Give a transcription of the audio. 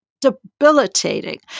debilitating